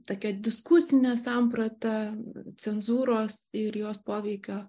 tokia diskusine samprata cenzūros ir jos poveikio